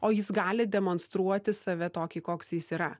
o jis gali demonstruoti save tokį koks jis yra